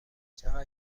چقدر